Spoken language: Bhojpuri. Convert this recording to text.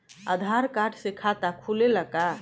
आधार कार्ड से खाता खुले ला का?